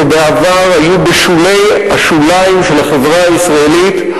שבעבר היו בשולי השוליים של החברה הישראלית,